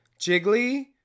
Jiggly